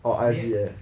orh R_G_S